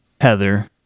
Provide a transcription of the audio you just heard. Heather